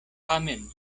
tamen